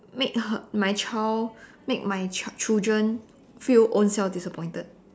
make her my child make my child children feel ownself disappointed